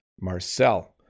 Marcel